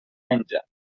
menja